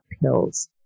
pills